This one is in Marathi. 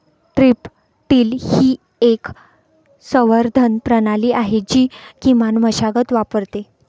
स्ट्रीप टिल ही एक संवर्धन प्रणाली आहे जी किमान मशागत वापरते